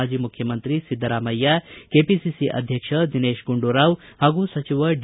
ಮಾಜಿ ಮುಖ್ಯಮಂತ್ರಿ ಸಿದ್ದರಾಮಯ್ಯ ಕೆಪಿಸಿಸಿ ಅಧ್ಯಕ್ಷ ದಿನೇತ್ ಗುಂಡೂರಾವ್ ಹಾಗೂ ಸಚಿವ ಡಿ